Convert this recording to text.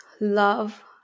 love